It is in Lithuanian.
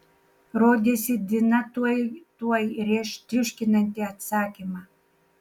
rodėsi dina tuoj tuoj rėš triuškinantį atsakymą